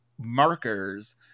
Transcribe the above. markers